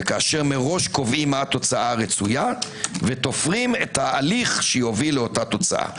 כשמראש קובעים מה התוצאה הרצויה ותופרים את ההליך שיוביל לאותה תוצאה.